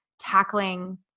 Tackling